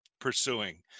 pursuing